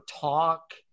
talk